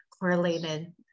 correlated